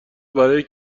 برای